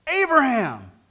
Abraham